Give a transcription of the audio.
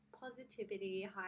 positivity